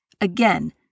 Again